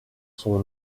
son